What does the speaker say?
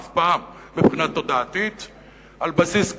אף פעם מבחינה תודעתית על בסיס כזה,